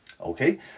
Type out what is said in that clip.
okay